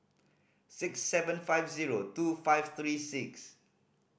six seven five zero two five three six